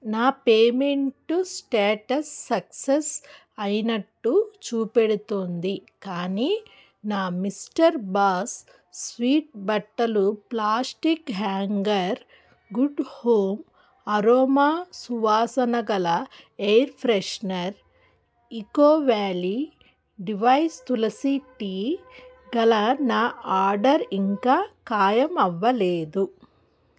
నా payment status success అయినట్టు చూపెడుతోంది కానీ నా మిస్టర్ బాస్ స్విఫ్ట్ బట్టలు plastic hanger Good Home aroma సువాసన గల air freshener Eco Valley divine tulsi tea గల నా ఆర్డర్ ఇంకా ఖాయం అవ్వలేదు